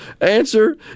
answer